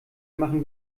machen